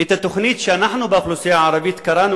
את התוכנית שאנחנו באוכלוסייה הערבית קראנו